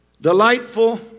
delightful